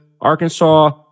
Arkansas